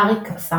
אריק ס.